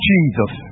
Jesus